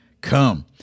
Come